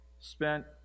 spent